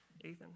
Ethan